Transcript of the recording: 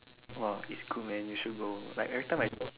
!wah! it's cool man you should go like everytime I